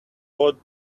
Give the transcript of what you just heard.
both